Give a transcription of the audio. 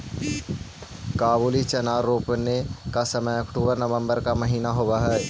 काबुली चना रोपने का समय अक्टूबर नवंबर का महीना होवअ हई